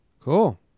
Cool